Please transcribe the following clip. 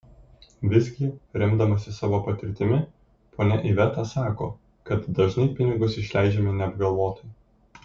visgi remdamasi savo patirtimi ponia iveta sako kad dažnai pinigus išleidžiame neapgalvotai